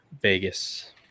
Vegas